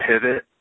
pivot